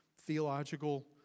theological